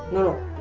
no.